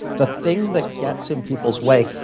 the thing that gets in people's way,